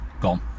gone